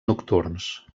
nocturns